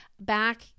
back